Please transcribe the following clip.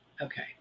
Okay